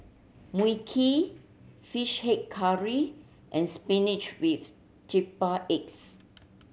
Mui Kee Fish Head Curry and spinach with triple eggs